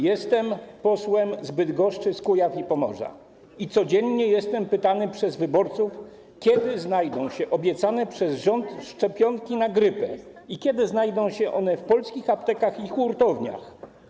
Jestem posłem z Bydgoszczy, z Kujaw i Pomorza i codziennie jestem pytany przez wyborców, kiedy znajdą się obiecane przez rząd szczepionki na grypę i kiedy znajdą się one w polskich aptekach i hurtowniach.